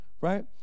right